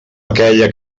aquella